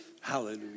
Hallelujah